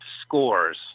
scores